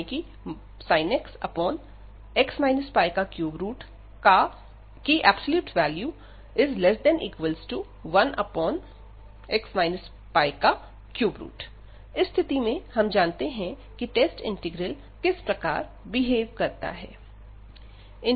sin x 3x π13x π इस स्थिति में हम जानते हैं कि टेस्ट इंटीग्रल किस प्रकार बिहेव करता है